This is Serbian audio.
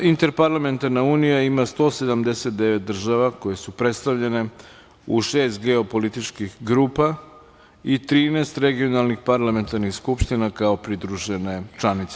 Interparlamentarna unija ima 179 država koje su predstavljene u šest geopolitičkih grupa i 13 regionalnih parlamentarnih skupština, kao pridružene članice.